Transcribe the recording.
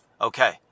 okay